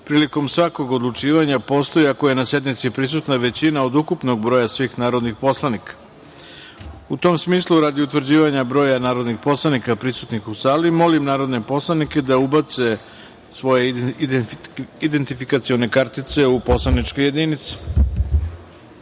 prilikom svakog odlučivanja postoji ako je na sednici prisutna većina od ukupnog broja svih narodnih poslanika. Radi utvrđivanja broja narodnih poslanika prisutnih u sali, molim narodne poslanike da ubace svoje identifikacione kartice u poslaničke